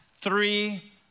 three